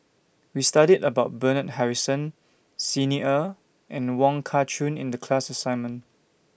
We studied about Bernard Harrison Xi Ni Er and Wong Kah Chun in The class assignment